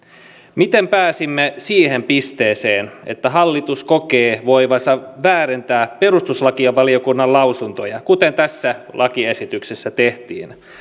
miten pääsimme siihen pisteeseen että hallitus kokee voivansa väärentää perustuslakivaliokunnan lausuntoja kuten tässä lakiesityksessä tehtiin